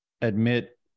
admit